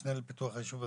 משנה לפיתוח היישוב הדרוזי.